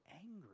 angry